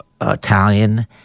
Italian